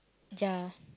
ya